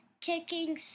kicking